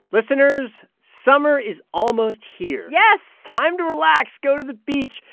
listeners, summer is almost here yes time to relax, go to the beach,